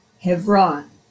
Hebron